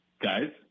guys